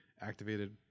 activated